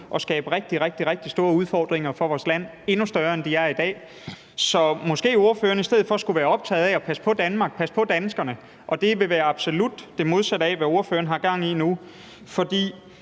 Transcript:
rigtig, rigtig store udfordringer for vores land – endnu større, end de er i dag – så måske ordføreren i stedet for skulle være optaget af at passe på Danmark og danskerne, hvilket ville være absolut det modsatte af, hvad ordføreren har gang i nu. For